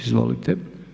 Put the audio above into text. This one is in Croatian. Izvolite.